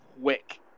quick